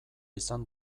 izan